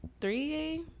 three